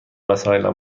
وسایلم